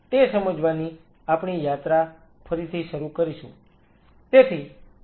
તે સમજવાની આપણી યાત્રા ફરીથી શરૂ કરીશું